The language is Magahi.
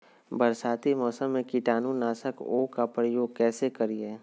बरसाती मौसम में कीटाणु नाशक ओं का प्रयोग कैसे करिये?